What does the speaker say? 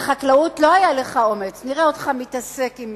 על החקלאות לא היה לך אומץ, נראה אותך מתעסק עם